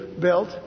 built